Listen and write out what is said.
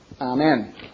Amen